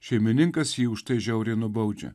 šeimininkas jį už tai žiauriai nubaudžia